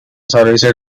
serviced